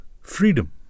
freedom